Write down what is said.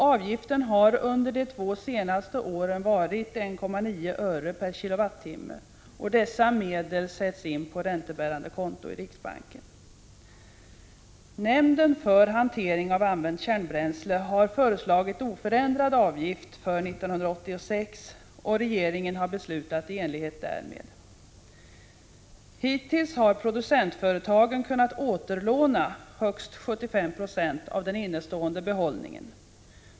Avgiften har under de två senaste åren varit 1,9 öre per kWh, och dessa medel sätts in på räntebärande konto i riksbanken. Nämnden för hantering av använt kärnbränsle har föreslagit oförändrad avgift för 1986, och regeringen har beslutat i enlighet därmed. Hittills har producentföretagen kunnat återlåna högst 75 26 av den innestående behållningen.